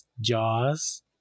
Jaws